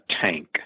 tank